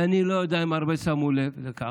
ואני לא יודע אם הרבה שמו לב לכך,